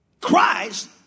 Christ